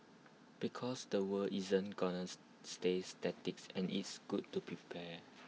because the world isn't gonna stay statics and it's good to prepared